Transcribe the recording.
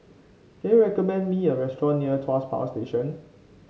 can you recommend me a restaurant near Tuas Power Station